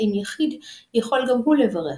האם יחיד יכול גם הוא לברך,